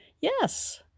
yes